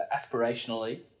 aspirationally